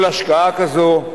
כל השקעה כזאת,